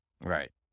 Right